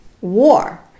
war